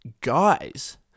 guys